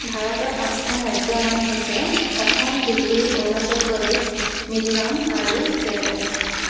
ভাৰতৰ পাঁচখন ৰাজ্যৰ নাম হৈছে অসম দিল্লী অৰুণাচল প্ৰদেশ মিজোৰাম আৰু কেৰেলা